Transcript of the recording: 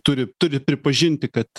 turi turi pripažinti kad